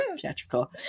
theatrical